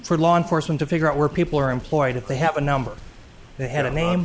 for law enforcement to figure out where people are employed if they have a number they had a name